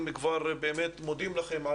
אם כבר מודים לכם,